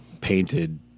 painted